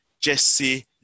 Jesse